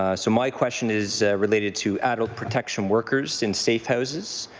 ah so my question is related to adult protection workers in safe houses.